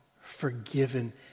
forgiven